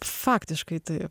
faktiškai taip